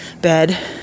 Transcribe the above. bed